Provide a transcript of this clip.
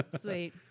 Sweet